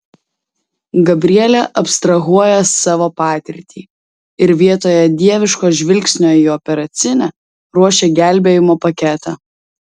gabrielė abstrahuoja savo patirtį ir vietoje dieviško žvilgsnio į operacinę ruošia gelbėjimo paketą